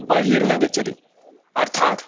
बहिर्नगच्छति अर्थात्